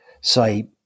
say